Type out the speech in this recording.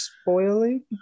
spoiling